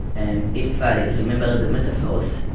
and if i remember the metaphors,